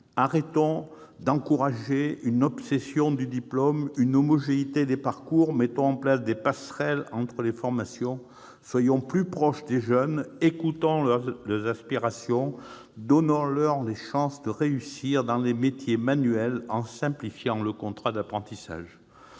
Arrêtons d'encourager une obsession du diplôme, une homogénéité des parcours. Mettons en place des passerelles entre les formations. Soyons plus proches des jeunes, écoutons leurs aspirations, donnons-leur les chances de réussir dans les métiers manuels en simplifiant le contrat d'apprentissage.